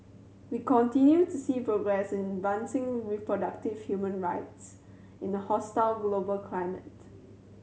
we continue to see progress in advancing reproductive human rights in a hostile global climate